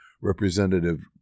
Representative